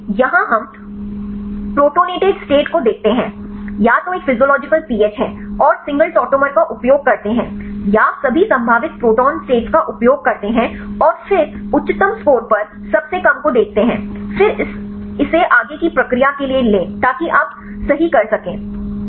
इसलिए यहाँ हम प्रोटॉनोलेटेड स्टेट को देखते हैं या तो एक फिजियोलॉजिकल पीएच है और सिंगल टॉटॉमर का उपयोग करते हैं या सभी संभावित प्रोटॉन स्टेट्स का उपयोग करते हैं और फिर उच्चतम स्कोर पर सबसे कम को देखते हैं फिर इसे आगे की प्रक्रिया के लिए लें ताकि आप सही कर सकें